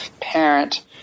parent